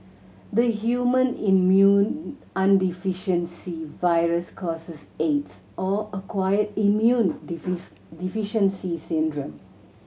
the human immunodeficiency virus causes Aids or acquired immune deficiency syndrome